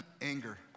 anger